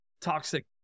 toxic